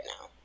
now